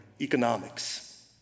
economics